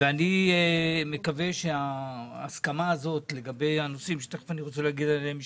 ואני מקווה שההסכמה הזאת לגבי הנושאים שתכף אני רוצה להגיד עליהם משפט,